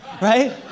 Right